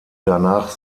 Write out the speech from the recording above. danach